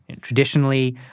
Traditionally